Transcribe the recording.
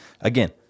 again